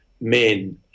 men